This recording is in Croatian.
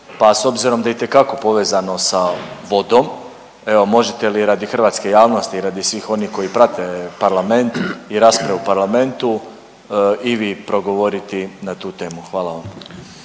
pa s obzirom da je itekako povezano s vodom evo možete li radi hrvatske javnosti i radi svih onih koji prate parlament i raspravu u parlamentu i vi progovoriti na tu temu. Hvala vam.